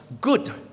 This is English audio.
good